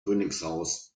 königshaus